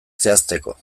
zehazteko